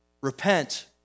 Repent